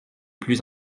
plus